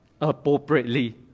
appropriately